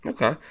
Okay